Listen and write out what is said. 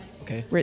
Okay